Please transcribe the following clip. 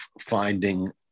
finding